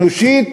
אנושית,